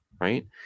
right